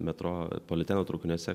metropoliteno traukiniuose